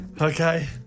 Okay